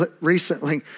recently